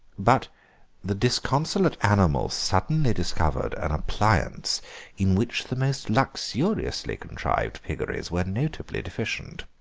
but the disconsolate animal suddenly discovered an appliance in which the most luxuriously contrived piggeries were notably deficient.